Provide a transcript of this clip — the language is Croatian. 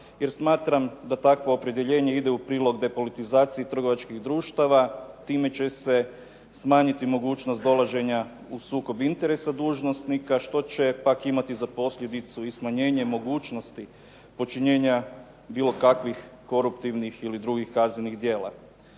jer smatram da takvo opredjeljenje ide u prilog depolitizaciji trgovačkih društava, time će se smanjiti mogućnost dolaženja u sukob interesa dužnosnika što će pak imati za posljedicu smanjenje mogućnosti počinjenja bilo kakvih koruptivnih ili drugih kaznenih djela.